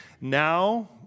Now